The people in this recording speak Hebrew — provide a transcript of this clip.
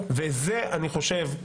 וזה אני חושב,